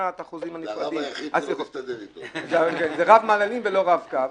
זה רב מעללים ולא רב קו.